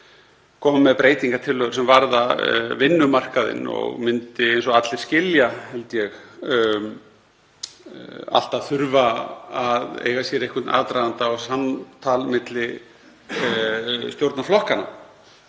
koma með breytingartillögur sem varða vinnumarkaðinn og myndi það, eins og allir skilja, alltaf þurfa að eiga sér einhvern aðdraganda og samtal milli stjórnarflokkanna.